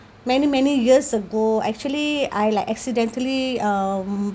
many many years ago actually I like accidentally um